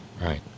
Right